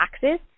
taxes